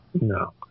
No